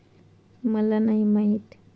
Online विमो कसो काढायचो?